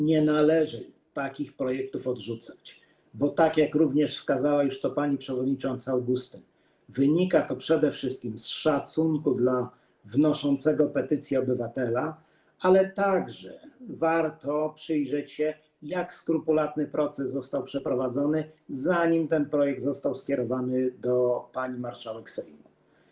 Nie należy takich projektów odrzucać, bo - jak wskazała to już pani przewodnicząca Augustyn - wynika to przede wszystkim z szacunku dla wnoszącego petycje obywatela, ale także warto przyjrzeć się temu, jak skrupulatny proces został przeprowadzony, zanim ten projekt został skierowany do pani marszałek Sejmu.